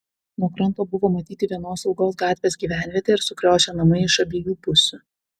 nuo kranto buvo matyti vienos ilgos gatvės gyvenvietė ir sukriošę namai iš abiejų pusių